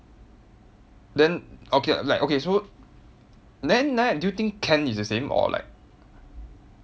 then okay like okay so then then do you think ken is the same or like